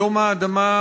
ונפטר,